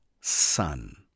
son